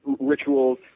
rituals